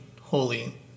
holy